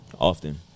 Often